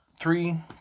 Three